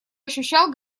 ощущал